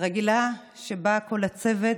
רגילה שבה כל הצוות,